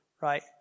Right